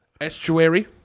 estuary